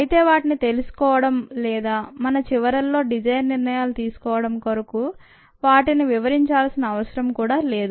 అయితే వాటిని తెలుసుకోవడం లేదా మన చివరల్లో డిజైన్ నిర్ణయాలు తీసుకోవడం కొరకు వాటిని వివరించాల్సిన అవసరం కూడా లేదు